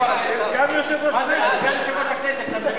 זה סגן יושב-ראש הכנסת.